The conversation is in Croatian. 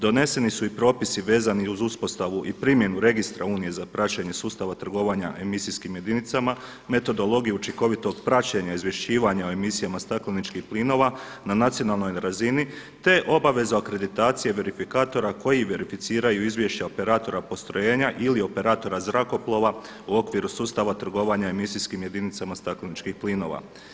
Doneseni su i propisi vezani uz uspostavu i primjenu registra Unije za praćenje sustava trgovanja emisijskim jedinicama, metodologije učinkovitog praćenja izvješćivanja o emisijama stakleničkih plinova na nacionalnoj razini, te obavezu akreditacije verifikatora koji verificiraju izvješća operatora postrojenja ili operatora zrakoplova u okviru sustava trgovanja emisijskim jedinicama stakleničkih plinova.